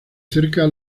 cerca